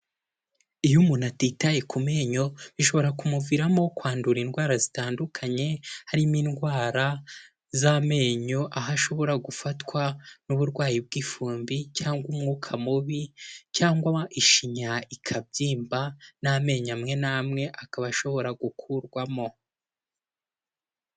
Iyo umuntu atitaye ku menyo bishobora kumuviramo kwandura indwara zitandukanye harimo indwara z'amenyo, aho ashobora gufatwa n'uburwayi bw'ifumbi cyangwa umwuka mubi cyangwa ishinya ikabyimba n'amenyo amwe n'amwe akaba ashobora gukurwamo.